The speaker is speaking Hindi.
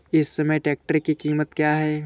इस समय ट्रैक्टर की कीमत क्या है?